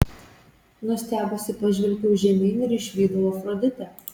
nustebusi pažvelgiau žemyn ir išvydau afroditę